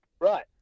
right